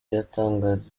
yatangarije